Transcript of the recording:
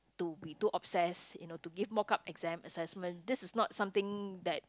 to be too obsessed you know to give mock up exam assessment this is not something that